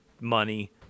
money